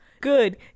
Good